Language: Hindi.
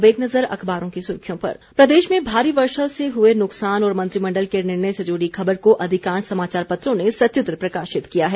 अब एक नजर अखबारों की सुर्खियों पर प्रदेश में भारी वर्षा से हुए नुकसान और मंत्रिमण्डल के निर्णय से जुड़ी खबर को अधिकांश समाचापत्रों ने सचित्र प्रकाशित किया है